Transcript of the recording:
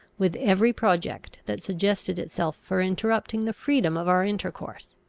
with every project that suggested itself for interrupting the freedom of our intercourse.